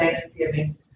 thanksgiving